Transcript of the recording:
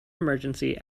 emergency